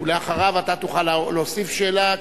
ואחריו אתה תוכל להוסיף שאלה,